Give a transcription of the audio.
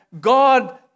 God